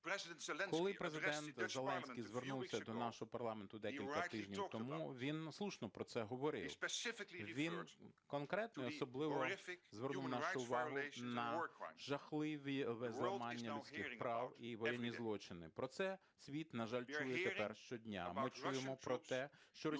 Коли Президент Зеленський звернувся до нашого парламенту декілька тижнів тому, він слушно про це говорив. Він конкретно і особливо звернув нашу увагу на жахливі зламання людських прав і воєнні злочини. Про це світ, на жаль, чує тепер щодня. Ми чуємо про те, що російські війська